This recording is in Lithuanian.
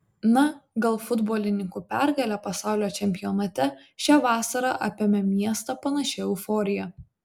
na gal futbolininkų pergalė pasaulio čempionate šią vasarą apėmė miestą panašia euforija